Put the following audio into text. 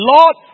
Lord